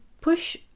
push